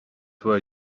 where